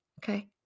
Okay